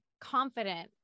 confident